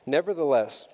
Nevertheless